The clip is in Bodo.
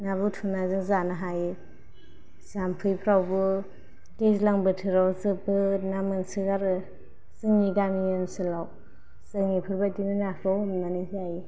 ना बुथुम ना जों जानो हायो जामफैफ्रावबो दैज्लां बोथोराव जोबोद ना मोनसो गारो जोंनि गामि ओनसोलाव जों इफोरबायदिनो नाखौ हमनानै जायो